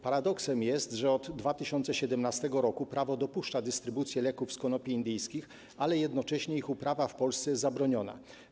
Paradoksem jest, że od 2017 r. prawo dopuszcza dystrybucję leków z konopi indyjskich, ale jednocześnie ich uprawa w Polsce jest zabroniona.